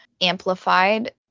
amplified